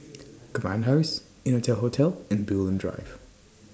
Command House Innotel Hotel and Bulim Drive